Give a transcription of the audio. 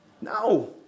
No